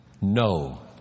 No